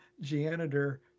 janitor